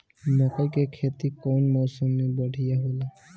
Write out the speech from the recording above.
मकई के खेती कउन मौसम में बढ़िया होला?